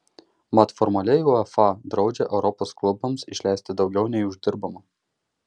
mat formaliai uefa draudžia europos klubams išleisti daugiau nei uždirbama